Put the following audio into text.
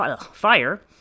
fire